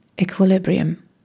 Equilibrium